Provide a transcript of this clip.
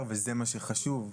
וזה מה שחשוב.